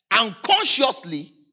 unconsciously